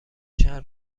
شهر